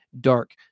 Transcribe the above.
dark